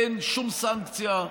אין שום סנקציה,